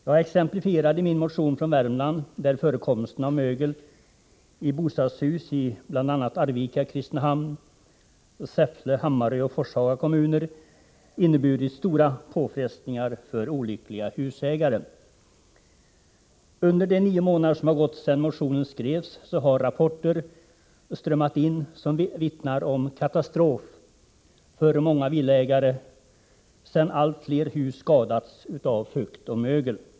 Jag gav i min motion exempel från Värmland, där förekomsten av mögel i bostadshus i bl.a. Arvika, Kristinehamn, Säffle, Hammarö och Forshaga kommuner inneburit stora påfrestningar för olyckliga husägare. Under de nio månader som gått sedan motionen skrevs har rapporter strömmat in, som vittnar om katastrof för många villaägare sedan allt fler hus skadats av fukt och mögel.